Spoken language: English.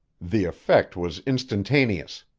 the effect was instantaneous.